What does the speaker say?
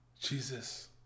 Jesus